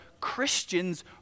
Christians